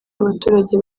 abaturage